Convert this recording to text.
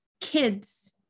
kids